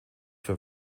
für